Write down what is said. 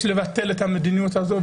יש לבטל את המדיניות הזאת,